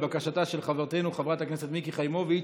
לבקשתה של חברתנו חברת הכנסת מיקי חיימוביץ':